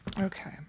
Okay